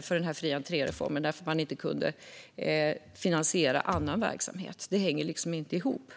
för denna fri entré-reform på grund av att man inte kan finansiera annan verksamhet. Det hänger inte ihop.